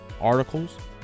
articles